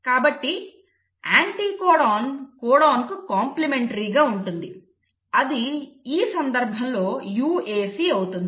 కాబట్టి యాంటీకోడాన్ కోడాన్కు కాంప్లిమెంటరీగా ఉంటుంది అది ఈ సందర్భంలో UAC అవుతుంది